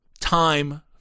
time